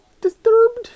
disturbed